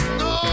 no